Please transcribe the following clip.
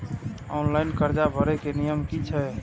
Online कर्जा भरे के नियम की छे?